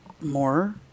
more